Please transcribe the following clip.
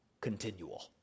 continual